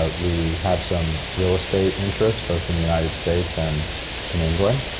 ah we have some real estate interests, both in the united states and in england.